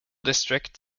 district